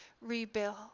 rebuild